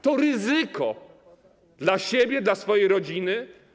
To ryzyko dla siebie, dla swojej rodziny.